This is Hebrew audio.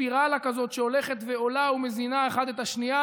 ספירלה כזאת שהולכת ועולה ומזינה אחת את השנייה,